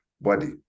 body